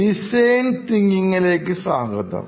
design തിങ്കിംഗ്ലേക്ക് സ്വാഗതം